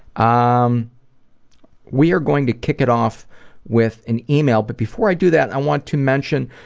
um we are going to kick it off with an email but before i do that i want to mention,